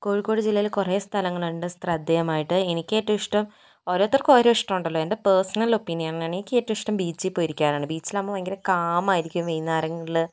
കോഴിക്കോട് ജില്ലയില് കുറേ സ്ഥലങ്ങളുണ്ട് ശ്രദ്ധേയമായിട്ട് എനിക്ക് ഏറ്റവും ഇഷ്ടം ഓരോരുത്തർക്കും ഓരോ ഇഷ്ടം ഉണ്ടല്ലോ എൻ്റെ പേർസണൽ ഒപ്പീനിയനാണ് എനിക്ക് ഏറ്റവും ഇഷ്ടം ബീച്ചിൽ പോയിരിക്കാനാണ് ബീച്ചിലാവുമ്പോൾ ഭയങ്കര കാം ആയിരിക്കും വൈകുന്നേരങ്ങളില്